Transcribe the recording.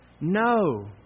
No